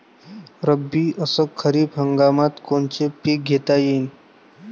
रब्बी अस खरीप हंगामात कोनचे पिकं घेता येईन?